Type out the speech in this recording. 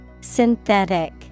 Synthetic